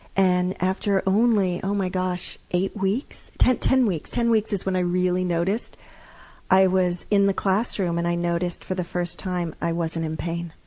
and after only oh my gosh eight weeks? ten ten weeks! ten weeks is when i really noticed i was in the classroom and i noticed for the first time that i wasn't in pain.